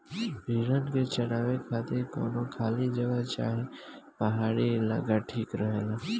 भेड़न के चरावे खातिर कवनो खाली जगह चाहे पहाड़ी इलाका ठीक रहेला